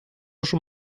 schon